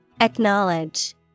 Acknowledge